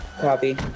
Copy